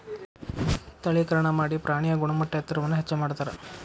ತಳೇಕರಣಾ ಮಾಡಿ ಪ್ರಾಣಿಯ ಗುಣಮಟ್ಟ ಎತ್ತರವನ್ನ ಹೆಚ್ಚ ಮಾಡತಾರ